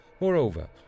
Moreover